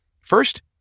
First